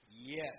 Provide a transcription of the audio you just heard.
yes